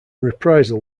reprisal